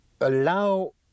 Allow